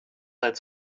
halt